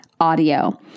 audio